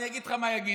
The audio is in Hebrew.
אני אגיד לך מה יגידו.